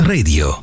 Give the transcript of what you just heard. Radio